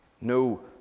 No